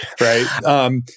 right